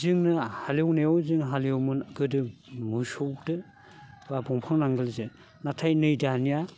जोंनो हालएवनायाव जों हालएवोमोन गोदो मोसौदो बा बंफां नांगोलजो नाथाय नै दानिया